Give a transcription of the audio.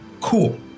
Cool